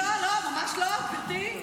לא, לא, ממש לא, גברתי.